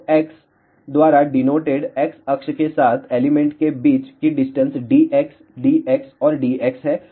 तो x द्वारा denoted x अक्ष के साथ एलिमेंट के बीच की डिस्टेंस dx dx और dx हैं